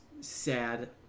sad